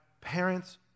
parents